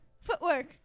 footwork